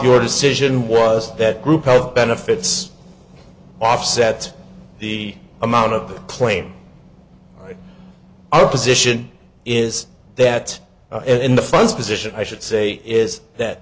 your decision was that group of benefits offset the amount of the claim right our position is that in the funds position i should say is that